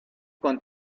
con